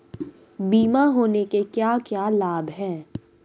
बीमा होने के क्या क्या लाभ हैं?